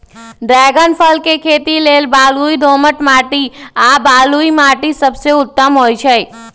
dragon फल के खेती लेल बलुई दोमट माटी आ बलुआइ माटि सबसे उत्तम होइ छइ